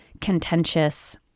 contentious